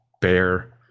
bear